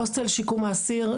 הוסטל שיקום האסיר,